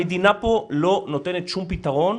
המדינה פה לא נותנת שום פתרון,